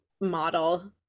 model